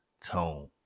tone